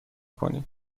کنیم